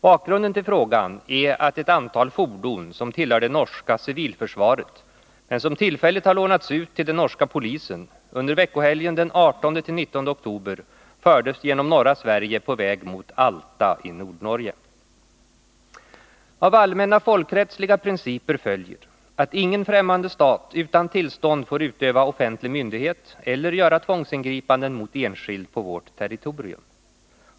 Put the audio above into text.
Bakgrunden till frågan är att ett antal fordon som tillhör det norska civilförsvaret men som tillfälligt har lånats ut till den norska polisen under veckohelgen den 18-19 oktober fördes genom norra Sverige på väg mot Alta i Nordnorge. Av allmänna folkrättsliga principer följer att ingen främmande stat utan tillstånd får utöva offentlig myndighet eller göra tvångsingripanden mot enskild på vårt territorium.